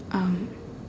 um